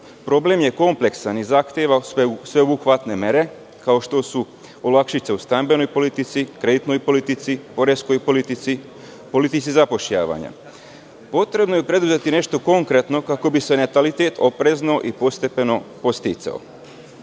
Problem je kompleksan i zahteva sveobuhvatne mere, kao što su olakšice u stambenoj politici, kreditnoj politici, poreskoj politici, politici zapošljavanja. Potrebno je preduzeti nešto konkretno kako bi se natalitet oprezno i postepeno podsticao.